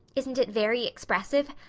isn't it very expressive?